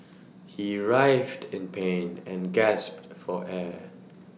he writhed in pain and gasped for air